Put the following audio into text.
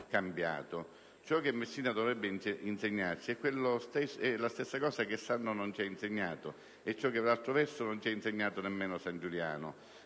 che Messina dovrebbe insegnarci è quello stesso che Sarno non ci ha insegnato. È ciò che - per altro verso - non ci ha insegnato nemmeno San Giuliano.